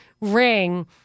ring